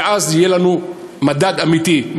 ואז יהיה לנו מדד אמיתי,